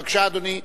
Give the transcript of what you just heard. בבקשה, אדוני.